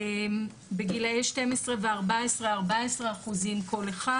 ובגילאי 12 ו- 14, 14% כל אחד.